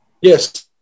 Yes